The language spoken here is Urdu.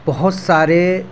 بہت سارے